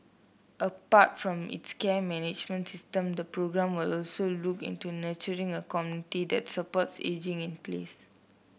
apart from its care management system the programme will also look into nurturing a community that supports ageing in place